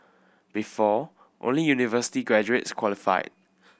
before only university graduates qualified